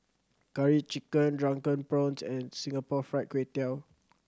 Curry Chicken Drunken Prawns and Singapore Fried Kway Tiao